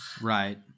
Right